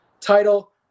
title